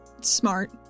smart